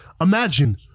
imagine